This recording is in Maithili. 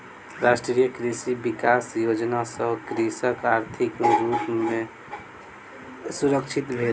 राष्ट्रीय कृषि विकास योजना सॅ कृषक आर्थिक रूप सॅ सुरक्षित भेल